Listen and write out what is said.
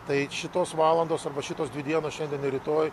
tai šitos valandos arba šitos dvi dienos šiandien ir rytoj